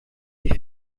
wie